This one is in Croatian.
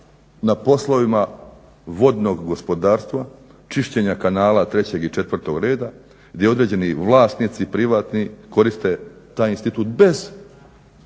na poslovima vodnog gospodarstva, čišćenja kanala 3. i 4.reda gdje određeni vlasnici privatni koriste taj institut bez